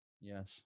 Yes